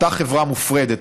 אותה חברה מופרדת,